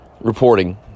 reporting